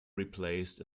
replaced